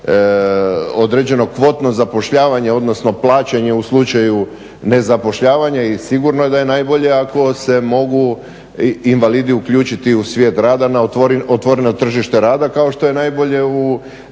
određeno kvotno zapošljavanje odnosno plaćanje u slučaju nezapošljavanja i sigurno je da je najbolje ako se mogu invalidi uključiti u svijet rada na otvoreno tržište rada kao što najbolje